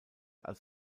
als